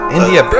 India